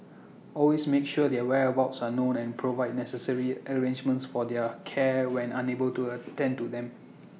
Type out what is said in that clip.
always make sure their whereabouts are known and provide necessary arrangements for their care when unable to attend to them